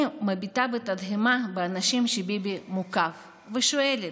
אני מביטה בתדהמה באנשים שביבי מוקף בהם ושואלת: